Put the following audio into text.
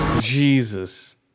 jesus